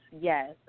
yes